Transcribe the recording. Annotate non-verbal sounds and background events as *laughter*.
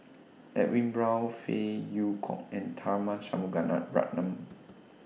Edwin Brown Phey Yew Kok and Tharman *unintelligible*